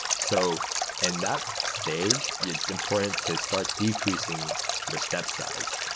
so and that stage, it's important to start decreasing your step size.